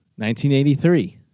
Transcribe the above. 1983